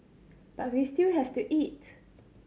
but we still have to eat